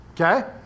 Okay